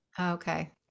Okay